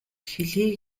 хэлье